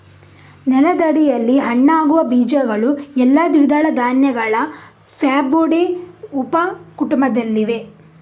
ನೆಲದಡಿಯಲ್ಲಿ ಹಣ್ಣಾಗುವ ಬೀಜಗಳು ಎಲ್ಲಾ ದ್ವಿದಳ ಧಾನ್ಯಗಳ ಫ್ಯಾಬೊಡೆ ಉಪ ಕುಟುಂಬದಲ್ಲಿವೆ